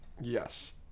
Yes